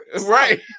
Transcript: Right